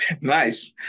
Nice